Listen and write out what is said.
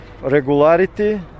regularity